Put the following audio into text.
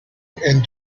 and